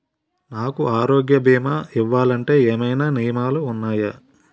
నాకు ఆరోగ్య భీమా ఇవ్వాలంటే ఏమైనా నియమాలు వున్నాయా?